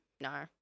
No